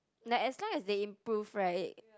that as long as they improve right